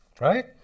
Right